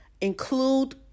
Include